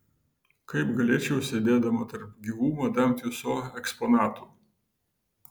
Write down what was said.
kaip galėčiau sėdėdama tarp gyvų madam tiuso eksponatų